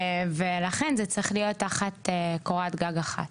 ולכן זה צריך להיות תחת קורת גג אחת.